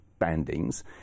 bandings